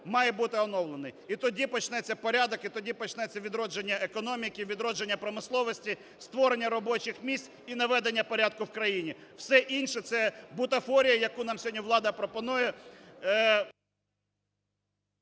має бути оновлений. І тоді почнеться порядок, і тоді почнеться відродження економіки, відродження промисловості, створення робочих місць і наведення порядку в країні. Все інше – це бутафорія, яку нам сьогодні влада пропонує...